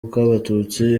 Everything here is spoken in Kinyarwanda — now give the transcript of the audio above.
bw’abatutsi